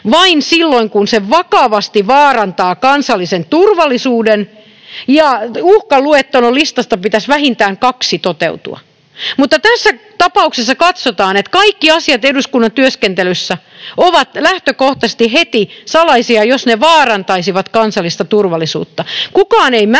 vain silloin, kun se vakavasti vaarantaa kansallisen turvallisuuden ja uhkaluettelon listasta pitäisi vähintään kaksi toteutua, mutta tässä tapauksessa katsotaan, että kaikki asiat eduskunnan työskentelyssä ovat lähtökohtaisesti heti salaisia, jos ne vaarantaisivat kansallista turvallisuutta. Kukaan ei määrittele